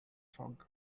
fog